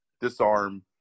Disarm